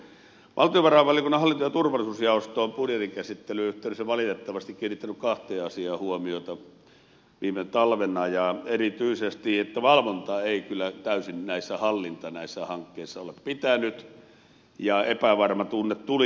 valtiovarainvaliokunnan hallinto ja turvallisuusjaosto on budjetin käsittelyn yhteydessä valitettavasti kiinnittänyt kahteen asiaan huomiota viime talvena erityisesti siihen että valvonta ja hallinta ei kyllä täysin näissä hankkeissa ole pitänyt ja epävarma tunne tuli